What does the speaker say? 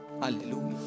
Aleluya